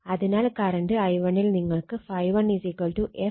അതിനാൽ current i1 ൽ നിങ്ങൾക്ക് ∅1 f m1 R